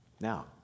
Now